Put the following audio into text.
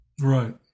right